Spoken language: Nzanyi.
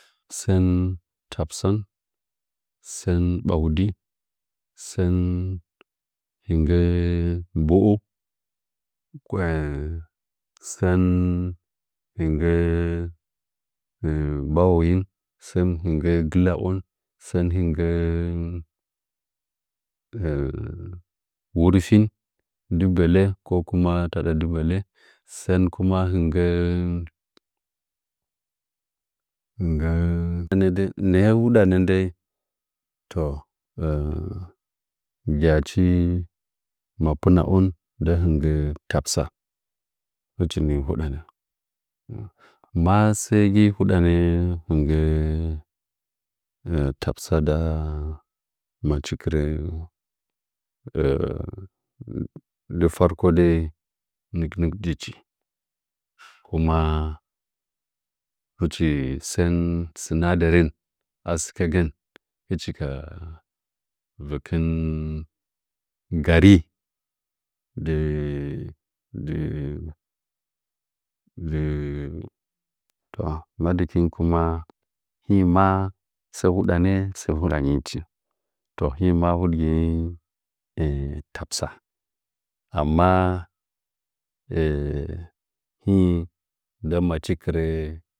Kuma sɚn tasban sɚn ɓwaudin sɚn hɨngɚ mbo’o sɚn hingɚ bahu’n sɚn hingɚ nggɨ la on sɚn hɨngɚ wurfin nggi mbelɚ ko kuma taɗa nggɨ mbelɚ san kuma ‘’hingɚ hingɚ’’ nɚɚ huɗanɚ dai nggyachi mapina’on hingɚ tasba hɨchi ni huɗanɚ masɚgɨ luɗanɚ hingɚ tasba nda machikɨrɚ da farko dai, nɨknɨk njichi kuma hichi sɚn sinadaren a sɨkɚgan hɨchi sɚn sinadaren a sɨkɚgan hɨchi ka vɚkɨn nggan ‘ dɨ dɨ dɨ lo’’ madɨkinyi kuma hɨnyi ma sɚɚ huɗa nɚ sɚ hudayi da ta ahima hudsiya tasba amma hɨnyi nda machikɨrɚ